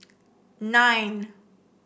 nine